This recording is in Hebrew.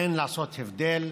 אין לעשות הבדל.